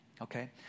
okay